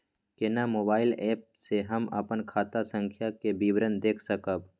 केना mobile app से हम अपन खाता संख्या के विवरण देख सकब?